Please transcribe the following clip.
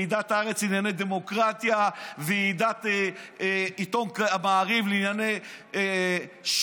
ועידת הארץ לענייני דמוקרטיה,